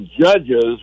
judges